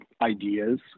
ideas